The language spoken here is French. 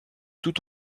tout